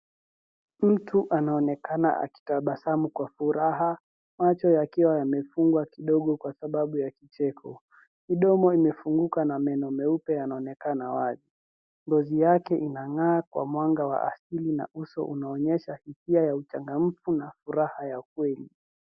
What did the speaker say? Mtu anaonekana akitabasamu kwa furaha macho yakiwa yamefungwa kidogo kwa sababu ya kicheko. Mdomo umefunguka na meno meupe yanaonekana wazi. Ngozi yake inang'aa kwa mwanga wa asili na uso unaonyesha hisia ya uchangamfu na furaha ya ukweli.